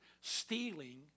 Stealing